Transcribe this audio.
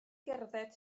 gerdded